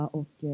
och